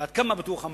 ועד כמה המאגר בטוח.